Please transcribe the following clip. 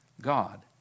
God